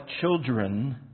children